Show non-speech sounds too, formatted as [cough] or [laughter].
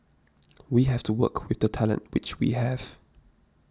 [noise] we have to work with the talent which we have